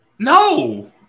No